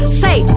say